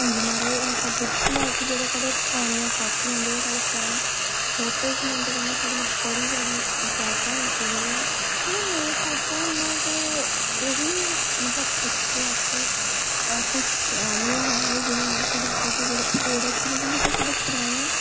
हां जी महाराज ऐसा बिलकुल हे कि जेह्ड़े साढ़े परानियां कापियां न जेह्ड़े साढ़े पराने फोटज न उं'दे कन्नै साढ़ी बड़ी ज्यादा यादां जुड़ी दियां न इन्ने फोटो न ते ओह् बी मतलब बच्चे अज्जकल ऐसे कि जेह्दे कन्नै साढ़े फोटो जेह्ड़े होर अच्छे लेकिन जेह्ड़े साढ़े पारने